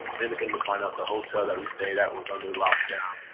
then come to find out the hotel that we stayed at was under lockdown.